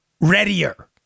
readier